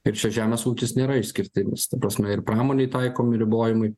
ir čia žemės ūtis nėra išskirtinis ta prasme ir pramonėj taikomi ribojimai